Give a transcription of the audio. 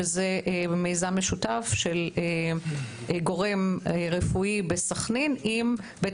שזה מיזם משותף של גורם רפואי בסכנין עם בית